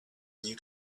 new